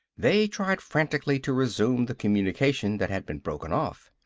they tried frantically to resume the communication that had been broken off.